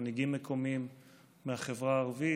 מנהיגים מקומיים מהחברה הערבית.